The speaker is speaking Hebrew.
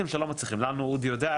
אודי יודע,